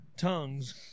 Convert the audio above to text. tongues